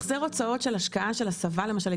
ההחזר השקעות של הסבה למשל,